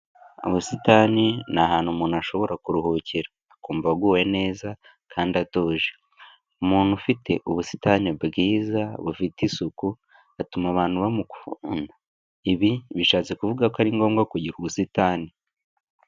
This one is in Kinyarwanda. Ubusitani ni ahantu umuntu ashobora kuruhukira. Akumva aguwe neza kandi atuje. Umuntu ufite ubusitani bwiza bufite isuku, atuma abantu bamukunda. Ibi bishatse kuvuga ko ari ngombwa kugira ubusitani.